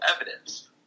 evidence